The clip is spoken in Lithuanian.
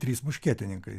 trys muškietininkai